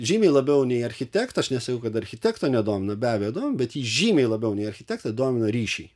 žymiai labiau nei architektas aš nesakau kad architekto nedomina be abejo domina bet jį žymiai labiau nei architektą domina ryšiai